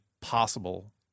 possible